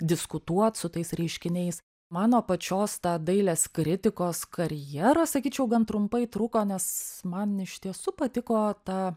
diskutuot su tais reiškiniais mano pačios ta dailės kritikos karjera sakyčiau gan trumpai truko nes man iš tiesų patiko ta